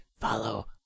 follow